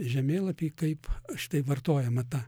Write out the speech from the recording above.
žemėlapį kaip štai vartojama ta